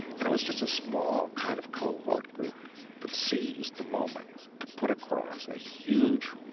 and it was just a small kind of cohort group that seized the moment to put across a huge.